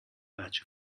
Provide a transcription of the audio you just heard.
batch